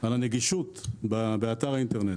על הנגישות באתר האינטרנט.